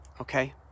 okay